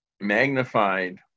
magnified